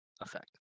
effect